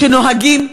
שנוהגים,